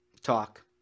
talk